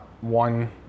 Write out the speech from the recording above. one